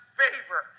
favor